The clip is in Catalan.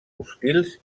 hostils